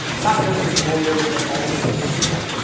not just as lawyers but also as people.